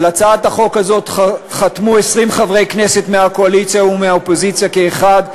על הצעת החוק הזאת חתמו 20 חברי כנסת מהקואליציה ומהאופוזיציה כאחד,